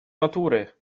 natury